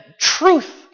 truth